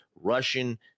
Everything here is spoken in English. Russian